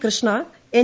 Krishna N